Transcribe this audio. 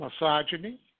Misogyny